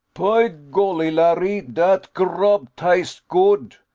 py golly, larry, dat grub taste good.